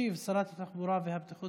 תשיב שרת התחבורה והבטיחות